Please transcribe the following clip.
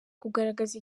kugaragaza